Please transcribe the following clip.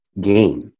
game